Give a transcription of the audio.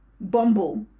Bumble